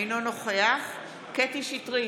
אינו נוכח קטי קטרין שטרית,